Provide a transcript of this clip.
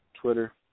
Twitter